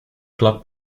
clock